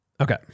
okay